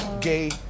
Gay